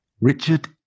richard